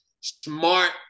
Smart